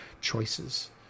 choices